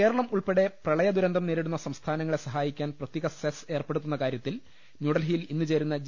കേരളം ഉൾപ്പെടെ പ്രളയദുരന്തം നേരിടുന്ന സംസ്ഥാനങ്ങളെ സഹായിക്കൻ പ്രത്യേക സെസ് ഏർപ്പെടുത്തുന്ന കാര്യത്തിൽ ന്യൂഡൽഹിയിൽ ഇന്നുചേരുന്ന ജി